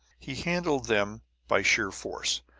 he handled them by sheer force,